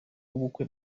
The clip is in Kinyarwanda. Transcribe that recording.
w’ubukwe